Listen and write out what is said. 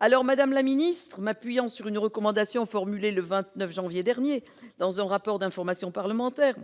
Madame la secrétaire d'État, m'appuyant sur une recommandation formulée le 29 janvier dernier dans un rapport d'information parlementaire,